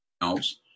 else